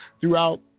throughout